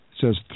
says